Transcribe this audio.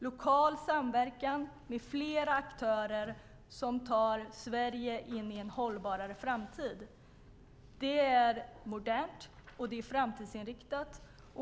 Lokal samverkan med flera aktörer som tar Sverige in i en hållbarare framtid är modernt och framtidsinriktat.